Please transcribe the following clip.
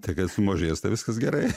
tai kad sumažės tai viskas gerai